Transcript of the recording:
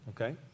okay